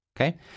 okay